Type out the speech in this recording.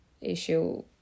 issue